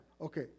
Okay